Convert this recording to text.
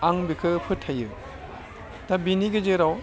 आं बिखौ फोथायो दा बेनि गेजेराव